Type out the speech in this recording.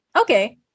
Okay